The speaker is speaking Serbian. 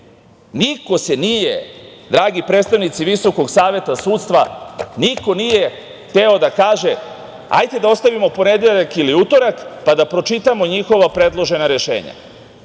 Niko se nije, dragi predstavnici Visokog saveta sudstva, niko nije hteo da kaže – hajte da ostavimo ponedeljak ili utorak, pa da pročitamo njihova predložena rešenja.